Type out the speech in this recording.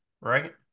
right